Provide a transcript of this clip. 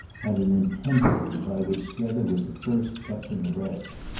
had an intensity by which strether was at first kept in arrest.